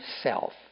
self